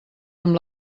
amb